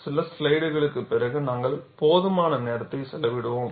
சில ஸ்லைடுகளுக்குப் பிறகு நாங்கள் போதுமான நேரத்தை செலவிடுவோம்